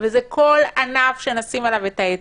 וזה כל ענף שנשים עליו את האצבע.